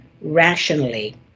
rationally